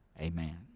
Amen